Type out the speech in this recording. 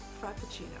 frappuccino